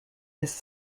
his